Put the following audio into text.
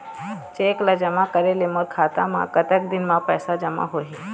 Cheque ला जमा करे ले मोर खाता मा कतक दिन मा पैसा जमा होही?